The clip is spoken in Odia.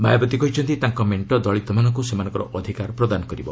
ମାୟାବତୀ କହିଛନ୍ତି ତାଙ୍କ ମେଣ୍ଟ ଦଳିତମାନଙ୍କୁ ସେମାନଙ୍କର ଅଧିକାର ପ୍ରଦାନ କରିବ